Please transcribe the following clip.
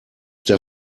der